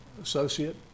associate